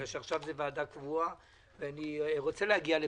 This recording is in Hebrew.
מכיוון שעכשיו זאת ועדה קבועה ואני רוצה להגיע לפתרון,